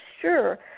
sure